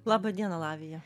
laba diena latvija